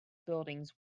buildings